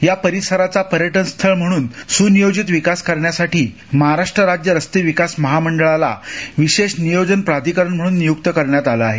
या परिसराचा पर्यटनस्थळ म्हणून सुनियोजित विकास करण्यासाठी महाराष्ट्र राज्य रस्ते विकास महामंडळाला विशेष नियोजन प्राधिकरण म्हणून नियुक्त करण्यात आलं आहे